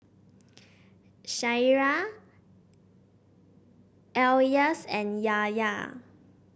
Syirah Elyas and Yahya